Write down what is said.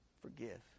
Forgive